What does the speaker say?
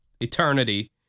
eternity